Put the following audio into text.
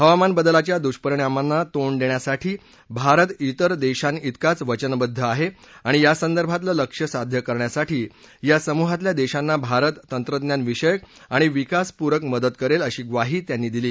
हवामान बदलाच्या दुष्परिणामांना तोंड देण्यासाठी भारत इतर देशांइतकाच वचनबद्द आहे आणि या संदर्भातलं लक्ष्य साध्य करण्यासाठी या समूहातल्या देशांना भारत तंत्रज्ञानविषयक आणि विकासपूरक मदत करेल अशी ग्वाही त्यांनी दिली